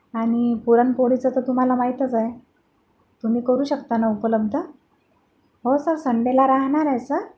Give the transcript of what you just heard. आणि पुरणपोळीचं तर तुम्हाला माहीतच आहे तुम्ही करू शकता ना उपलब्ध हो सर संडेला राहणार आहेसा